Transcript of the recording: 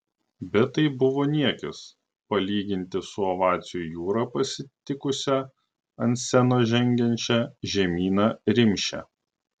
bet tai buvo niekis palyginti su ovacijų jūra pasitikusia ant scenos žengiančią žemyną rimšę